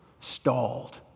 stalled